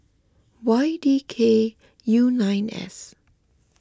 Y D K U nine S